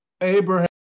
Abraham